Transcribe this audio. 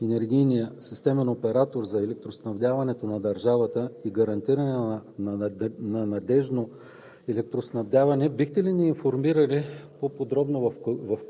Уважаема госпожо Министър, предвид важността на Електроенергийния системен оператор за електроснабдяването на държавата и гарантиране на надеждно